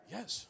Yes